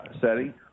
setting